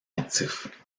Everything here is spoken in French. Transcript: actif